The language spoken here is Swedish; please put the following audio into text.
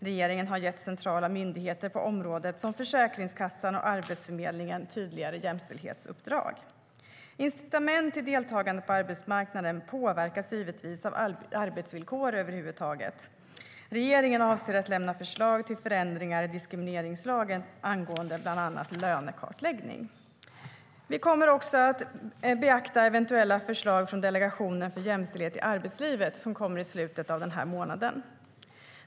Regeringen har även gett centrala myndigheter på området, såsom Försäkringskassan och Arbetsförmedlingen, tydligare jämställdhetsuppdrag. Incitament till deltagande på arbetsmarknaden påverkas givetvis av arbetsvillkor överlag. Regeringen avser att lämna förslag till förändringar i diskrimineringslagen angående bland annat lönekartläggning. Regeringen kommer också att beakta eventuella förslag från Delegationen för jämställdhet i arbetslivet, som kommer i slutet av denna månad.